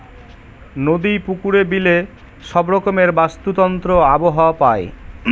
নদী, পুকুরে, বিলে সব রকমের বাস্তুতন্ত্র আবহাওয়া পায়